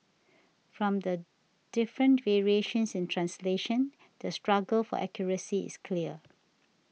from the different variations in translation the struggle for accuracy is clear